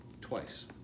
Twice